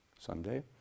Sunday